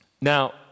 Now